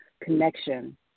connection